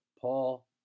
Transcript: Paul